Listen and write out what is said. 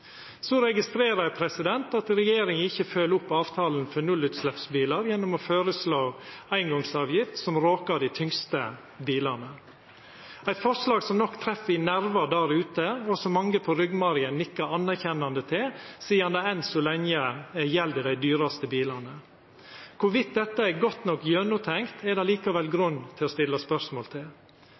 Så registrerer eg at regjeringa ikkje følgjer opp avtala om nullutsleppsbilar, gjennom å føreslå eingongsavgift som råkar dei tyngste bilane – eit forslag som nok treffer ein nerve der ute, og som mange på ryggmargen nikkar anerkjennande til, sidan det enn så lenge gjeld dei dyraste bilane. Om dette er godt nok gjennomtenkt, er det likevel grunn til å stilla spørsmål